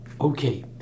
Okay